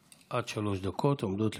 עד שלוש דקות עומדות לרשותך,